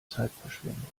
zeitverschwendung